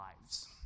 lives